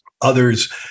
others